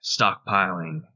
stockpiling